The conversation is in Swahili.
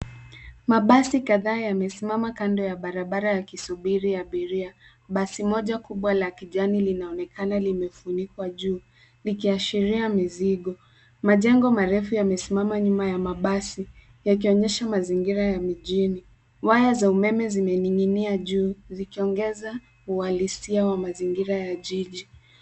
Mabasi kadhaa yamesimama kando ya barabara yakisubiri abiria. Basi moja kubwa la kijani linaonekana limefunikwa juu likiashiria mizigo. Majengo marefu yamesimama nyuma ya mabasi yakionyesha mazingira ya mijini. Waya za umeme zimening'inia juu zikiongeza uwalisia wa mazingira ya jiji.